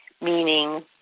meaning